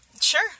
Sure